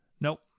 Nope